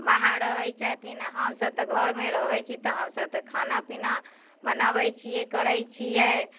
बाहर रहै छथिन आओर हमसभ तऽ घरमे रहै छी तऽ हमसभ तऽ खाना पीना बनाबै छियै करै छियै